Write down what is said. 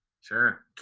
Sure